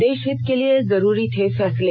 देष हित के लिए जरूरी थे फैसले